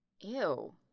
Ew